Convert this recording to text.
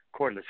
cordless